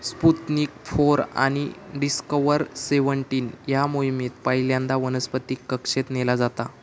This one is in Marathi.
स्पुतनिक फोर आणि डिस्कव्हर सेव्हनटीन या मोहिमेत पहिल्यांदा वनस्पतीक कक्षेत नेला जाता